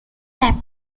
that